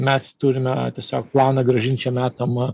mes turime tiesiog planą grąžint šiem metam